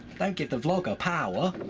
don't give the vlogger power!